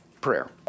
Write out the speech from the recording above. prayer